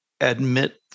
admit